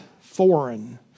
foreign